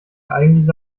eigentlich